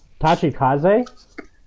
Tachikaze